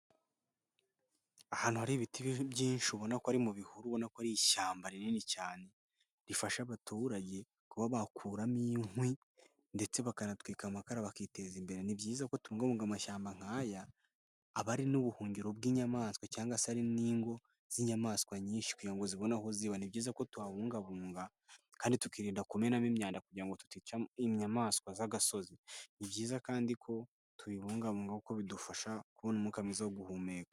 Ahantu hari ibiti byinshi ubona ko ari mu bihuru ubona ko ari ishyamba rinini cyane, rifasha abaturage kuba bakuramo inkwi ndetse bakanatwika amakara bakiteza imbere, ni byiza ko tungabunga amashyamba nk'aya aba ari n'ubuhungiro bw'inyamaswa cyangwa se hari n'ingo z'inyamaswa nyinshi kugira ngo zibone aho ziba, ni byiza ko tuhabungabunga kandi tukirinda kumenamo imyanda kugira ngo itica inyamaswa z'agasozi, ni byiza kandi ko tuyibungabu kuko bidufasha kubona umwuka mwiza wo guhumeka.